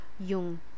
yung